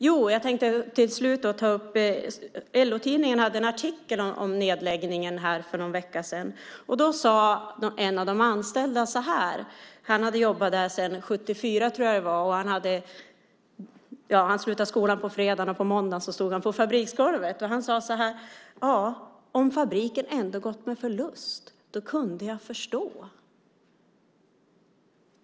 LO-tidningen hade för någon vecka sedan en artikel om nedläggningen. En av de anställda, som hade jobbat på fabriken sedan 1974 - han hade slutat skolan på fredagen och på måndagen stod han på fabriksgolvet - sade att han skulle ha förstått det om fabriken hade gått med förlust.